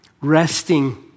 resting